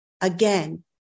Again